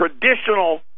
traditional